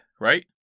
right